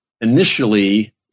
initially